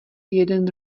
jeden